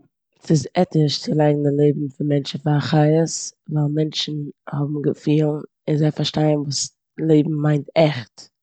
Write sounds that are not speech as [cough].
[noise] ס'איז עטיש צו לייגן די לעבן פון מענטשן פאר חיות ווייל מענטשן האבן געפילן און זיי פארשטייען וואס לעבן מיינט עכט.